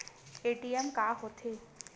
ATM का होथे?